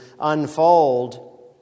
unfold